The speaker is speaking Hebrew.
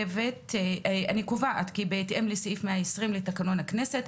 אני קובעת כי בהתאם לסעיף 120 לתקנון הכנסת,